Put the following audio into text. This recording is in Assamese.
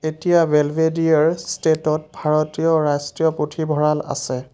এতিয়া বেলভেডিয়াৰ ষ্টেটত ভাৰতীয় ৰাষ্ট্ৰীয় পুথিভঁৰাল আছে